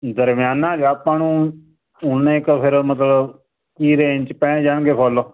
ਦਰਮਿਆਨਾ ਜਾ ਆਪਾਂ ਨੂੰ ਉੱਨੇ ਕ ਫਿਰ ਮਤਲਬ ਕੀ ਰੇਂਜ 'ਚ ਪੈ ਜਾਣਗੇ ਫੁੱਲ